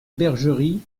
bergerie